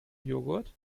joghurt